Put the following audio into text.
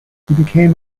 became